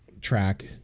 track